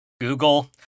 Google